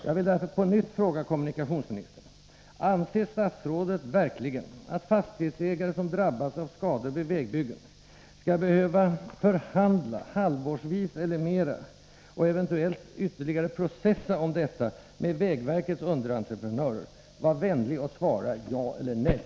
Jag vill därför på nytt fråga kommunikationsministern: Anser statsrådet verkligen att fastighetsägare som drabbas av skador vid vägbyggen skall behöva förhandla halvårsvis eller mer — och eventuellt ytterligare processa om detta — med vägverkets underentreprenör? Var vänlig och svara ja eller nej!